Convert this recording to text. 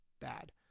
bad